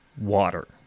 water